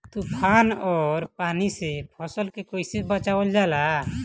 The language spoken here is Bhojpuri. तुफान और पानी से फसल के कईसे बचावल जाला?